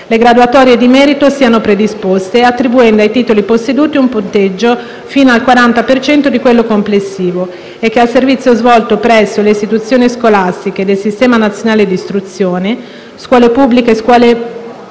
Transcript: le graduatorie di merito siano predisposte attribuendo ai titoli posseduti un punteggio fino al 40 per cento di quello complessivo e che al servizio svolto presso le istituzioni scolastiche del sistema nazionale di istruzione (scuole pubbliche e scuole paritarie